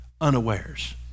unawares